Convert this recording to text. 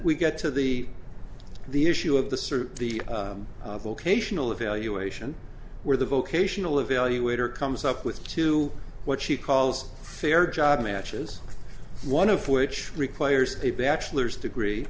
we get to the the issue of the sort of the vocational evaluation where the vocational evaluator comes up with two what she calls fair job matches one of which requires a bachelor's degree